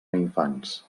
infants